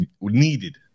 needed